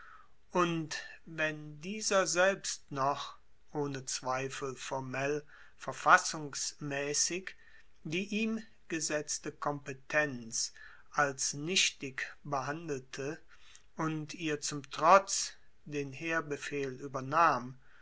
und wenn dieser selbst noch ohne zweifel formell verfassungsmaessig die ihm gesetzte kompetenz als nichtig behandelte und ihr zum trotz den heerbefehl uebernahm